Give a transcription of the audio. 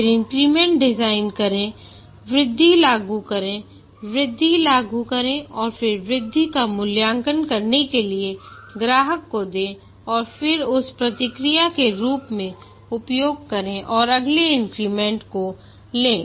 फिर increment design करें वृद्धि लागू करें वृद्धि लागू करें और फिर वृद्धि का मूल्यांकन करने के लिए ग्राहक को दें और फिर उस प्रतिक्रियाके रूप में उपयोग करें और अगले इन्क्रीमेंट को लें